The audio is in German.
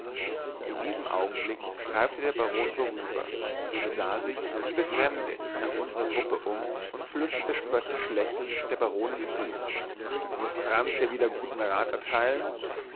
in diesem augenblick streifte der baron vorüber er sah sich wie befremdet nach unserer gruppe um und flüsterte spöttisch lächelnd der baronin zu muß franz wieder guten rat erteilen